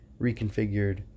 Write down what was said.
reconfigured